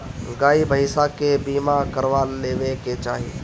गाई भईसा के बीमा करवा लेवे के चाही